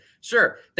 Sure